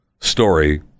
story